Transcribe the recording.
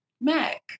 Mac